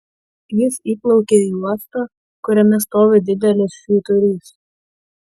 jis įplaukia į uostą kuriame stovi didelis švyturys